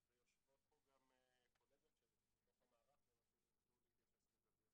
ויושבות פה גם קולגות שלי מתוך המערך והן אפילו יוכלו להתייחס לזוויות